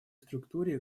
структуре